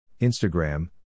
Instagram